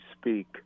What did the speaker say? speak